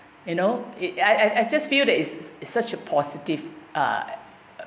you know I I I just feel that is it's such a positive uh